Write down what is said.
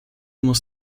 muss